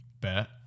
Bet